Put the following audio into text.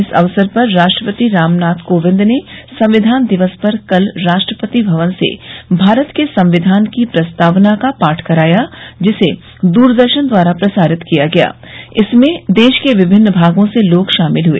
इस अवसर पर राष्ट्रपति रामनाथ कोविंद ने संविधान दिवस पर कल राष्ट्रपति भवन से भारत के संविधान की प्रस्तावना का पाठ कराया जिसे दूरदर्शन द्वारा प्रसारित किया गया इसमें देश के विभिन्न भागों से लोग शामिल हुए